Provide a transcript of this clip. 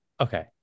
okay